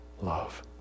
love